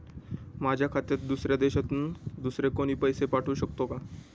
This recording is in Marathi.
माझ्या खात्यात दुसऱ्या देशातून दुसरे कोणी पैसे पाठवू शकतो का?